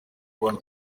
mbona